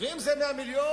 ואם זה 100 מיליון,